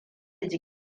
ji